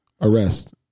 arrest